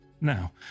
Now